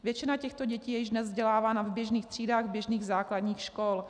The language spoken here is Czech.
Většina těchto dětí je již dnes vzdělávána v běžných třídách běžných základních škol.